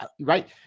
Right